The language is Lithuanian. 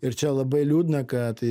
ir čia labai liūdna kad